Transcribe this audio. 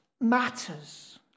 matters